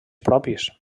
propis